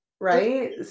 Right